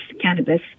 cannabis